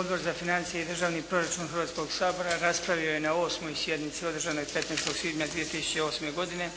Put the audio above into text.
Odbor za financije i državni proračun Hrvatskog sabora raspravio je na 8. sjednici održanoj 15. svibnja 2008. godine